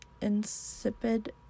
insipid